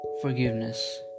Forgiveness